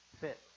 fit